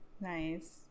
Nice